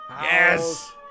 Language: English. Yes